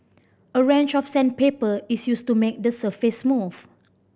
a range of sandpaper is used to make the surface smooth